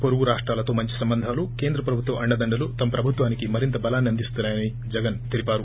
వొరుగు రాష్టాలతో మంచి సంబంధాలు కేంద్ర ప్రభుత్వం అండదండలు తమ ప్రభుత్వానికి మరింత బలాన్ని అందిస్తున్నా యని జగన్ తెలిపారు